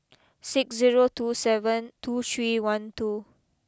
six zero two seven two three one two